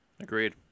Agreed